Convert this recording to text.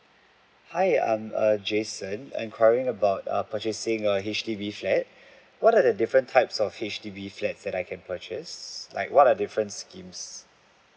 hi um i am err jason enquiring about err purchasing a H_D_B flat what are the different types of H_D_B flat that I can purchase like what are the different schemes